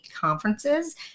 conferences